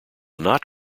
not